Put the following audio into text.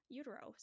utero